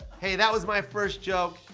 hey that was my first joke.